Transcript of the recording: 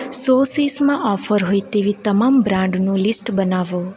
સોસીસમાં offer હોય તેવી તમામ બ્રાન્ડનું લિસ્ટ બનાવો